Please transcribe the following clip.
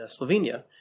Slovenia